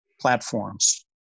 platforms